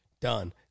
Done